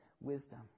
wisdom